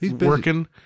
working